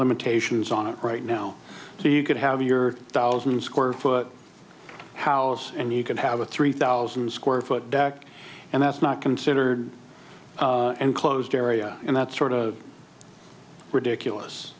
limitations on it right now so you could have your thousand square foot house and you can have a three thousand square foot deck and that's not considered enclosed area and that sort of ridiculous